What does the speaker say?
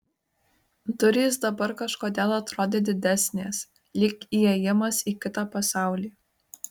durys dabar kažkodėl atrodė didesnės lyg įėjimas į kitą pasaulį